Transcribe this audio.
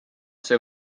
see